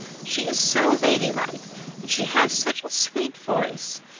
she is so ladylike and she has such a sweet voice.